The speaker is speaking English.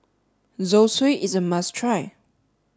Zosui is a must try